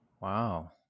Wow